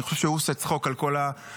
אני חושב שהוא עושה צחוק על כל המדינה,